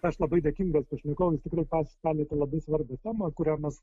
aš labai dėkingas pašnekovui jis tikrai pats palietė labai svarbią temą kurią mes